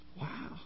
Wow